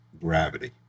gravity